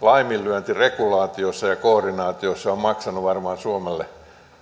laiminlyönti regulaatiossa ja koordinaatiossa on maksanut varmaan suomelle